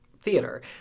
theater